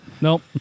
Nope